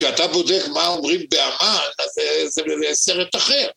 כשאתה בודק מה אומרים באמן, ‫זה סרט אחר.